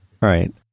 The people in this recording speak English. right